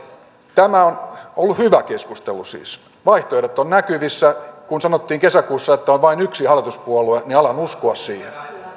tämä on ollut hyvä keskustelu siis vaihtoehdot ovat näkyvissä kun sanottiin kesäkuussa että on vain yksi hallituspuolue niin alan uskoa siihen